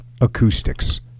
acoustics